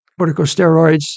corticosteroids